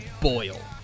boil